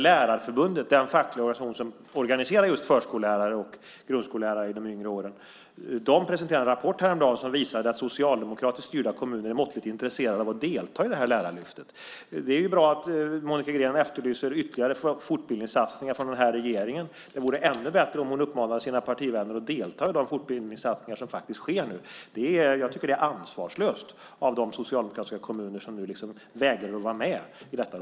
Lärarförbundet, den fackliga organisation som organiserar just förskollärare och grundskollärare i de yngre åren, presenterade häromdagen en rapport som visade att socialdemokratiskt styrda kommuner är måttligt intresserade av att delta i detta lärarlyft. Det är bra att Monica Green efterlyser ytterligare fortbildningssatsningar från den här regeringen. Det vore ännu bättre om hon uppmanade sina partivänner att delta i de fortbildningssatsningar som faktiskt sker nu. Jag tycker att det är ansvarslöst av de socialdemokratiska kommuner som nu vägrar att vara med i detta.